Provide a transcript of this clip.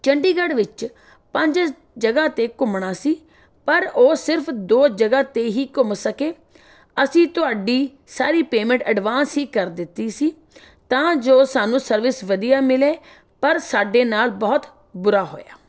ਚੰਡੀਗੜ੍ਹ ਵਿੱਚ ਪੰਜ ਜਗ੍ਹਾ 'ਤੇ ਘੁੰਮਣਾ ਸੀ ਪਰ ਉਹ ਸਿਰਫ ਦੋ ਜਗ੍ਹਾ 'ਤੇ ਹੀ ਘੁੰਮ ਸਕੇ ਅਸੀਂ ਤੁਹਾਡੀ ਸਾਰੀ ਪੇਮੈਂਟ ਐਡਵਾਂਸ ਹੀ ਕਰ ਦਿੱਤੀ ਸੀ ਤਾਂ ਜੋ ਸਾਨੂੰ ਸਰਵਿਸ ਵਧੀਆ ਮਿਲੇ ਪਰ ਸਾਡੇ ਨਾਲ ਬਹੁਤ ਬੁਰਾ ਹੋਇਆ